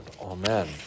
Amen